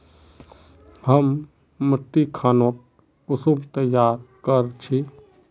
हम मिट्टी खानोक कुंसम तैयार कर छी?